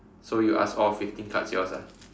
so you ask all fifteen cards yours ah